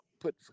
put